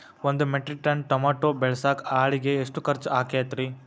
ಒಂದು metric ton tomato ಬೆಳಸಾಕ್ ಆಳಿಗೆ ಎಷ್ಟು ಖರ್ಚ್ ಆಕ್ಕೇತ್ರಿ?